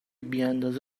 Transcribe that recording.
بیاندازه